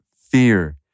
fear